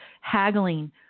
haggling